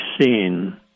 seen